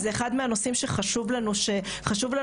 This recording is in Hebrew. זה אחד מהנושאים שחשוב לנו